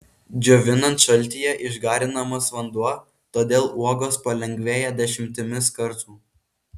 džiovinant šaltyje išgarinamas vanduo todėl uogos palengvėja dešimtimis kartų